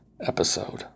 episode